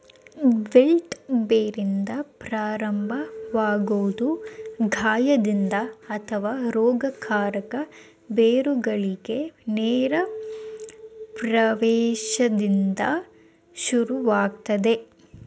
wilt ಬೇರಿಂದ ಪ್ರಾರಂಭವಾಗೊದು ಗಾಯದಿಂದ ಅಥವಾ ರೋಗಕಾರಕ ಬೇರುಗಳಿಗೆ ನೇರ ಪ್ರವೇಶ್ದಿಂದ ಶುರುವಾಗ್ತದೆ